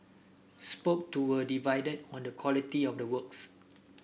spoke to were divided on the quality of the works